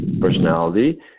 personality